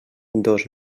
dos